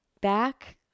back